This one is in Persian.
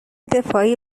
دفاعی